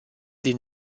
din